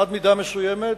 עד מידה מסוימת,